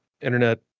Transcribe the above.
internet